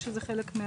או שזה חלק,